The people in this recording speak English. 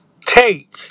take